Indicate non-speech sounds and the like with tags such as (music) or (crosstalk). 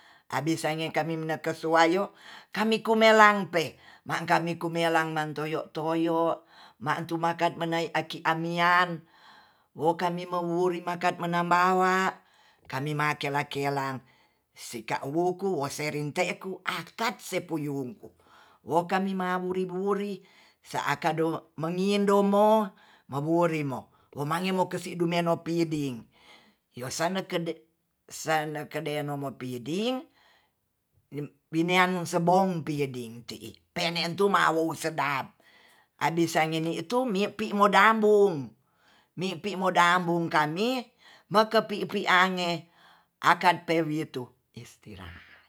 Abis sange kami neke suayo kami kuumelangpe ma'ka meku melang man toyo-toyo matu makat manae aki amian wo kami mawuring makan manabawa kami makela-kelang sika wuku serin teu akad sepuyungku wo kami ma wuri-wuri seakado memindo mo mawuri mo wo mangemo kesi du meno piding yosana kede sana kede nomo piding pineang sebong piding ti'i penetu mawow sedap abis sangenitu mipi modabum mi'pi modabung kami mekepi-piange akat pewitu (hesitation)